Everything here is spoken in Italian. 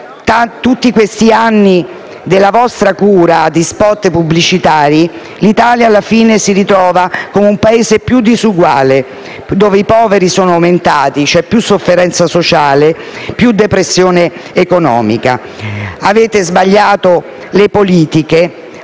tutti questi anni della vostra cura di *spot* pubblicitari, l'Italia alla fine si ritrova come un Paese più disuguale, in cui i poveri sono aumentati, c'è più sofferenza sociale e più depressione economica. Avete sbagliato le politiche.